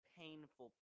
painful